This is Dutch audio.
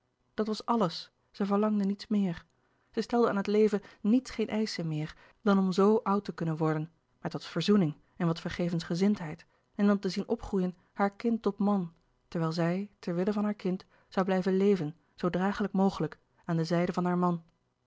dat was alles zij verlangde niets meer zij stelde aan het leven niets geene eischen meer dan om zoo oud te kunnen worden met wat verzoening en wat vergevensgezindheid en dan te zien opgroeien haar kind tot man terwijl zij ter wille van haar kind zoû blijven leven zoo dragelijk mogelijk aan de zijde van haar man